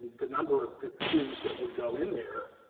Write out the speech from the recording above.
the number of students that would go in there,